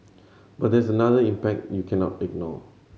but there's another impact you cannot ignore